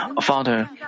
Father